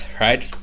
right